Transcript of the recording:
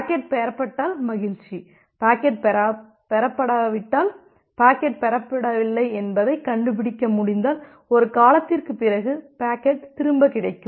packet பெறப்பட்டால் மகிழ்ச்சி packet பெறப்படாவிட்டால் பாக்கெட் பெறப்படவில்லை என்பதை கண்டுபிடிக்க முடிந்தால் ஒரு காலத்திற்குப் பிறகு பாக்கெட் திரும்ப கிடைக்கும்